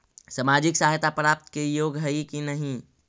सामाजिक सहायता प्राप्त के योग्य हई कि नहीं?